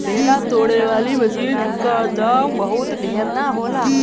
ढेला तोड़े वाली मशीन क दाम बहुत ढेर ना होला